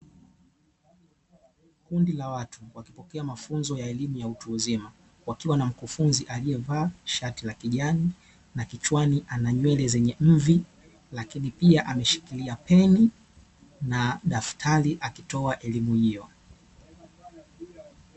Kundi la watu wakipokea mafunzo ya elimu ya utu uzima, wakiwa na mkufunzi aliyevaa shati la kijani, na kichwani ana nywele zenye mvi. Lakini pia, ameshikilia peni na daftari akitoa elimu hiyo.